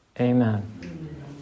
amen